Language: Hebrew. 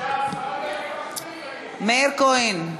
מאיר כהן,